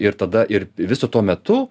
ir tada ir viso to metu